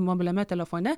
mobiliame telefone